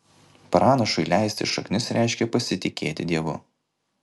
pranašui leisti šaknis reiškia pasitikėti dievu